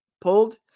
pulled